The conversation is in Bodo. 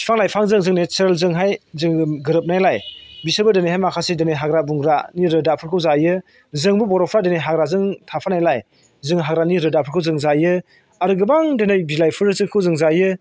बिफां लाइफांजों जों नेचारेलजोंहाय जोङो गोरोबनायलाय बिसोरबो दिनैहाय माखासे दिनै हाग्रा बंग्रानि रोदाफोरखौ जायो जोंबो बर'फ्रा दिनै हाग्राजों थाफानायलाय जों हाग्रानि रोदाफोरखौ जों जायो आरो गोबां दिनै बिलाइफोरखौ जों जायो